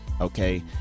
Okay